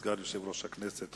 סגן יושב-ראש הכנסת,